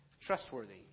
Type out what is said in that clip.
trustworthy